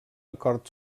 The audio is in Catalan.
acord